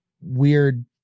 weird